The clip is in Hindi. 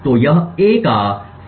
तो यह a का दोषपूर्ण मान है